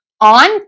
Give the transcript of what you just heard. on